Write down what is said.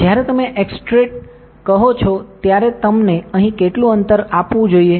જ્યારે તમે એક્સ્ટ્રુડ કહો છો ત્યારે તમને અહીં કેટલું અંતર આપવું જોઈએ છે